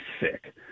sick